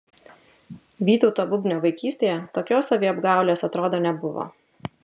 vytauto bubnio vaikystėje tokios saviapgaulės atrodo nebuvo